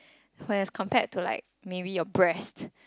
whereas compared to like maybe your breast